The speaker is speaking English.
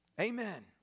Amen